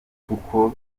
kuko